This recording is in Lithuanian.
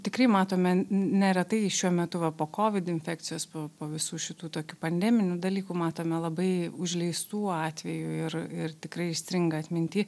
tikrai matome neretai šiuo metu va po kovid infekcijos po po visų šitų tokių pandeminių dalykų matome labai užleistų atvejų ir ir tikrai įstringa atminty